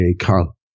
Carl